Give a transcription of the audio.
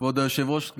כבוד היושב-ראש,